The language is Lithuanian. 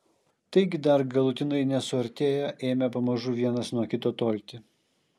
taigi dar galutinai nesuartėję ėmė pamažu vienas nuo kito tolti